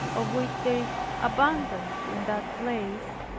of which there is abundance in that place,